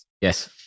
Yes